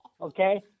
Okay